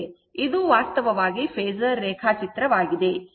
ಇದು ವಾಸ್ತವವಾಗಿ ಫೇಸರ್ ರೇಖಾಚಿತ್ರವಾಗಿದೆ